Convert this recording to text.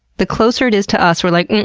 the closer it is to us, we're like,